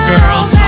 Girls